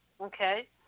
Okay